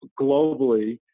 globally